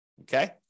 okay